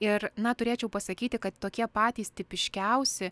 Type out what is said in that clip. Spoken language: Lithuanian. ir na turėčiau pasakyti kad tokie patys tipiškiausi